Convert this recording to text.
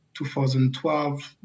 2012